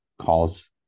calls